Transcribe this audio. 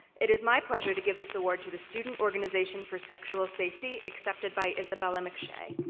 it is my pleasure to give this award to the student organization for sexual safety accepted by isabella mcshea.